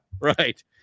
Right